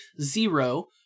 zero